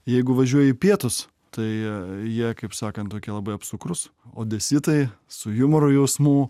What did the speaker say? jeigu važiuoji į pietus tai jie kaip sakant tokie labai apsukrūs odesitai su jumoro jausmu